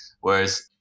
whereas